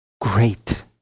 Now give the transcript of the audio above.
great